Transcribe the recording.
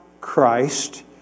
Christ